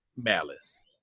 malice